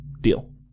Deal